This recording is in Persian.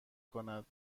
کند